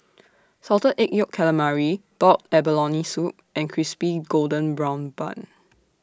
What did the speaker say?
Salted Egg Yolk Calamari boiled abalone Soup and Crispy Golden Brown Bun